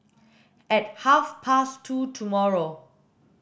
at half past two tomorrow